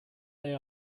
they